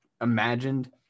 imagined